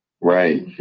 Right